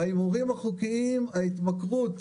בהימורים החוקיים ההתמכרות